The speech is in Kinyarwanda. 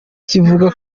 kivuga